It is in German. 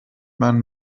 man